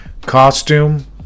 costume